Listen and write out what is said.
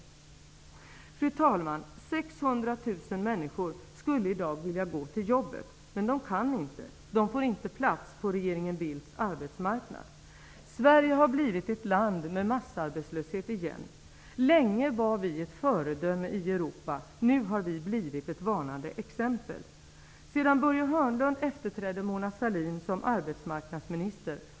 Fru talman! 600 000 människor skulle i dag vilja gå till jobbet. Men de kan inte. De får inte plats på regeringen Bildts arbetsmarknad. Sverige har blivit ett land med massarbetslöshet igen. Länge var vi ett föredöme i Europa. Nu har vi blivit ett varnande exempel.